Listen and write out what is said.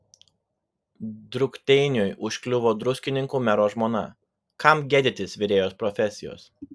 drukteiniui užkliuvo druskininkų mero žmona kam gėdytis virėjos profesijos